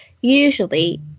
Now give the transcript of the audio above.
usually